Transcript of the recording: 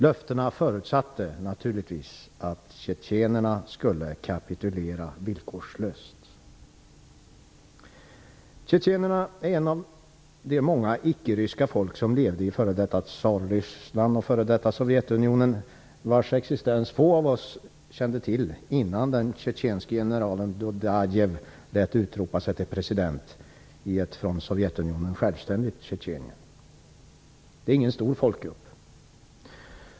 Löftena förutsatte naturligtvis att tjetjenerna skulle kapitulera villkorslöst. Tjetjenerna är ett av de många icke-ryska folk som levde i före detta Tsarryssland och före detta Sovjetunionen. Få av oss kände till dess existens innan den tjetjenske generalen Dudajev lät utropa sig till president i ett från Sovjetunionen självständigt Tjetjenien. Det är ingen stor folkgrupp.